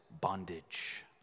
bondage